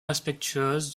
respectueuse